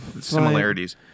Similarities